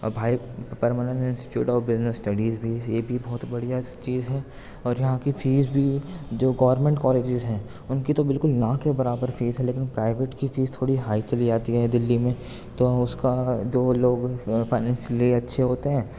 اور بھائی Parmanand institute of business studies بھی اس یہ بھی بہت بڑھیا چیز ہے اور یہاں کی فیس بھی ہوئی جو گورمنٹ کالجز ہیں ان کی تو بالکل نہ کے برابر فیس ہے لیکن پرائیویٹ کی فیس تھوڑی ہائی چلی جاتی ہے دلّی میں تو اس كا دو لوگ فائنینشلی اچّھے ہوتے ہیں